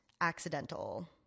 accidental